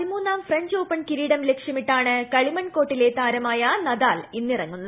പതിമൂന്നാം French Open കിരീടം ലക്ഷ്യമിട്ടാണ് കളിമൺ കോർട്ടിലെ താരമായ നദാൽ ഇന്നിറങ്ങുന്നത്